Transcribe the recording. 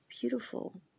beautiful